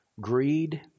greed